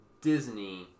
Disney